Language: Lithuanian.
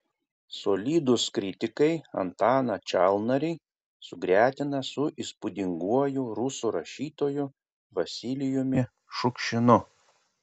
solidūs kritikai antaną čalnarį sugretina su įspūdinguoju rusų rašytoju vasilijumi šukšinu